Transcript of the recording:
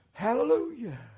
Hallelujah